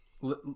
Let